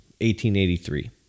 1883